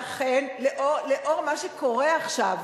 ואכן, לנוכח מה שקורה עכשיו